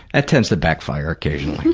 that tends to backfire occasionally.